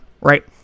right